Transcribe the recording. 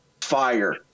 fire